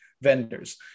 vendors